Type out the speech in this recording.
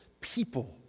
people